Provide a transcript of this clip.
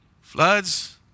floods